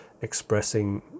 expressing